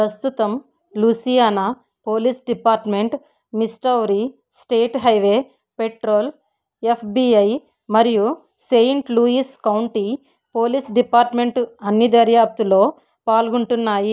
ప్రస్తుతం Louisiana Police Department Missouri State Highway Patrol FBI మరియు Saint Louis County Police Department అన్నిదర్యాప్తులో పాల్గొంటున్నాయి